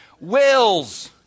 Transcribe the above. wills